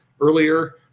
earlier